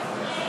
אדוני